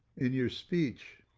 in your speech,